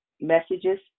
messages